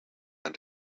and